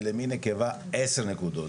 ולמין נקבה עשר נקודות.